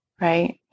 right